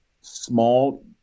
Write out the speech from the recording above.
small